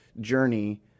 journey